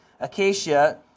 Acacia